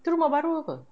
tu rumah baru apa